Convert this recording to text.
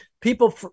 people